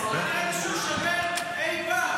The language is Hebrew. --- שהוא יישבר אי פעם.